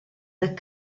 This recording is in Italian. the